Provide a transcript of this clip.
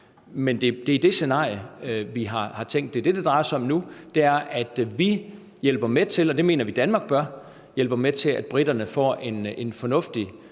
Det er det scenarie, vi har tænkt. Det, det drejer sig om nu, er, at vi hjælper med til – og det mener vi Danmark bør – at briterne får en fornuftig